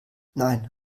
nein